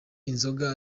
inzoga